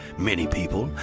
many people,